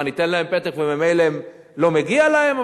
מה, ניתן להם פתק וממילא לא מגיע להם?